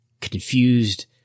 confused